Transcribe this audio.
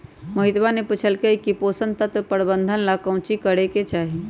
मोहितवा ने पूछल कई की पोषण तत्व प्रबंधन ला काउची करे के चाहि?